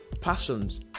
passions